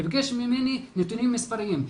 נתונים מספריים.